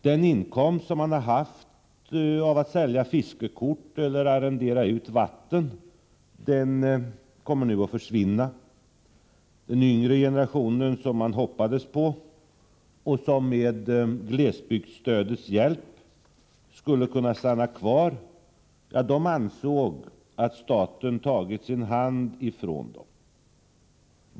Den inkomst som man haft av att sälja fiskekort eller arrendera ut vatten kommer nu att försvinna. Den yngre generationen, som man hoppades på och som med glesbygdsstödets hjälp skulle kunna stanna kvar, ansåg att staten tagit sin hand ifrån dem.